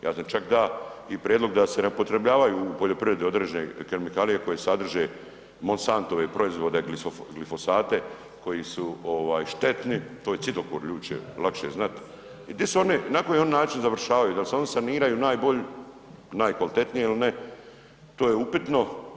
Ja sam čak da i prijedlog da se ne upotrebljavaju u poljoprivredni određene kemikalije koje sadrže Monsantove proizvode glifosate koji su ovaj štetni to je cidokor ljudi će lakše znat i di su one, na koji oni način završavaju, da li se oni saniraju najkvalitetnije ili ne, to je upitno.